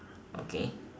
okay